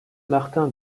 martin